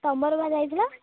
ତୁମର ବା ଯାଇଥିଲା